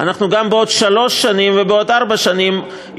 גם בעוד שלוש שנים ובעוד ארבע שנים,